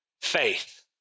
faith